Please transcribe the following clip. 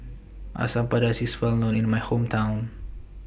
Asam Pedas IS Well known in My Hometown